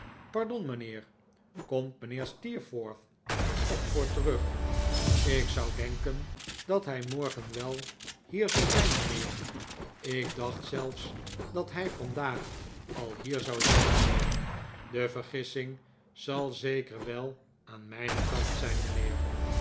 pardon mijnheer komt mijnheer steerforth uit oxford terug ik zou denken dat hij morgen wel hier zal zijn mijnheer ik dacht zelfs dat hij vandaag al hier zou zijn mijnheer de vergissing zal zeker wel aan mijn kant zijn mijnheer